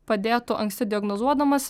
padėtų anksti diagnozuodamas